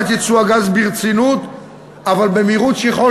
על ייצוא הגז ברצינות אבל במהירות ככל